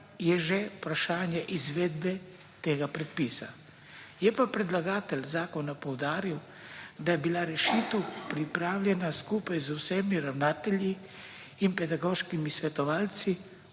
je že vprašanje izvedbe tega predpisa. Je pa predlagatelj zakona poudaril, da je bila rešitev pripravljena skupaj z vsemi ravnatelji in pedagoškimi svetovalci,